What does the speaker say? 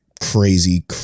crazy